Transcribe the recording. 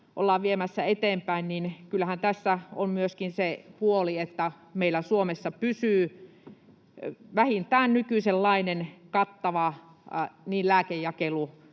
ollaan viemässä eteenpäin, kyllähän tässä on myöskin huoli siitä, että meillä Suomessa pysyisi sekä vähintään nykyisenlainen, kattava lääkejakelu-